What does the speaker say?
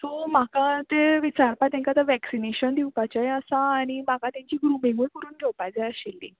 so म्हाका तें विचारपा तेंका आतां वॅक्सिनेशन दिवपाचेंय आसा आनी म्हाका तेंची ग्रुमींगूय करून घेवपा जाय आशिल्ली